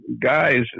guys